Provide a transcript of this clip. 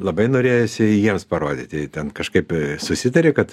labai norėjosi jiems parodyti ten kažkaip susitarė kad